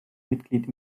mitglied